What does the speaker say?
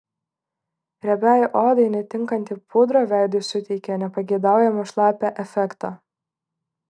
riebiai odai netinkanti pudra veidui suteikia nepageidaujamą šlapią efektą